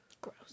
Gross